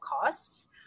costs